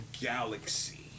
Galaxy